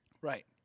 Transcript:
Right